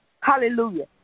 Hallelujah